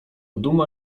duma